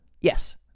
Yes